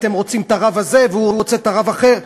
אתם רוצים את הרב הזה והוא רוצה רב אחר,